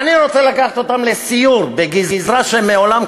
אני רוצה לקחת אותם לסיור בגזרה שמעולם,